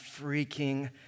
freaking